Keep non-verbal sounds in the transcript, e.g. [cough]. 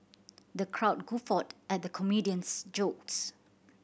the crowd guffawed at the comedian's [unintelligible]